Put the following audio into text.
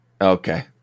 Okay